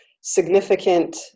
significant